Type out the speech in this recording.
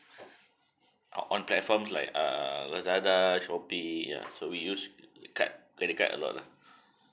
on on platform like err lazada shopee ya so we use card credit card a lot lah